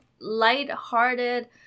light-hearted